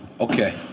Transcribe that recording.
Okay